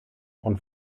und